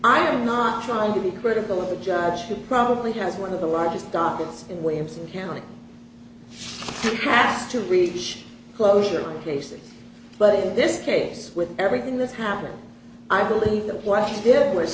i'm not trying to be critical of the judge who probably has one of the largest docs in williamson county to have to reach closure cases but in this case with everything that's happened i believe that what he did was